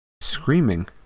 Screaming